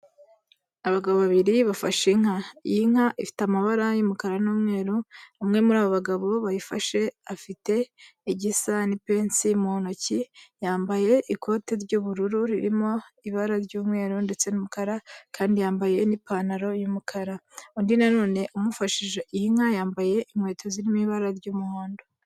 Abagabo babiri bafashe inka. Iyi nka ifite amabara y'umukara n'umweru, umwe muri abo bagabo bayifashe afite igisa n'ipensi mu ntoki, yambaye ikoti ry'ubururu ririmo ibara ry'umweru ndetse n'umukara kandi yambaye n'ipantaro y'umukara. Undi na none amufashije iyi nka yambaye inkweto zirimo ibara ry'umuhondo.